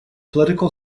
political